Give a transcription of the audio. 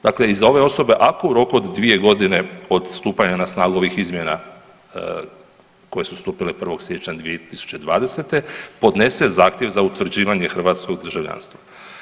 Dakle iz ove osobe, ako u roku od 2 godine od stupanja na snagu ovih izmjena koje su stupile 1. siječnja 2020. podnese zahtjev za utvrđivanje hrvatskog državljanstva.